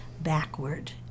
backward